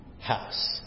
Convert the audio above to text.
house